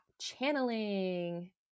channeling